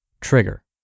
trigger